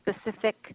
specific